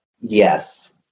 Yes